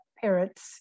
parents